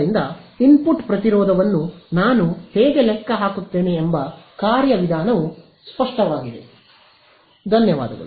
ಆದ್ದರಿಂದ ಇನ್ಪುಟ್ ಪ್ರತಿರೋಧವನ್ನು ನಾನು ಹೇಗೆ ಲೆಕ್ಕ ಹಾಕುತ್ತೇನೆ ಎಂಬ ಕಾರ್ಯವಿಧಾನವು ಸ್ಪಷ್ಟವಾಗಿದೆ